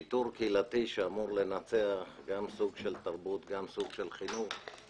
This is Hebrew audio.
שיטור קהילתי שאמור לנצח גם סוג של תרבות וגם סוג של חינוך,